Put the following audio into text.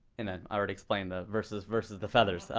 and then i already explained the versus versus the feathers,